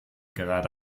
gerade